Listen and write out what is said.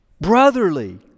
brotherly